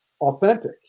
authentic